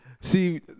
See